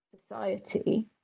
society